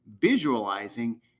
visualizing